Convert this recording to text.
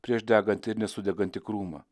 prieš degantį ir nesudegantį krūmą